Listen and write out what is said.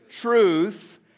truth